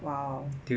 !wow!